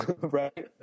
Right